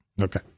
Okay